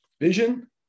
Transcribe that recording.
vision